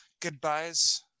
goodbyes